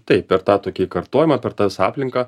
taip per tą tokį kartojimą per tą visą aplinką